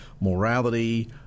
morality